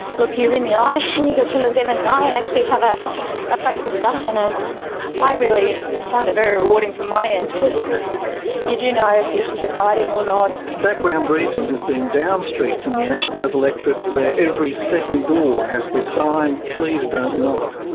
look you in the eye, and you get to look them in the eye and actually have a frank discussion. and i really find it very rewarding from my end, too, because you do know if issues are biting or not. background briefing had been down streets in the ashgrove electorate where every second door has the sign, please don't knock.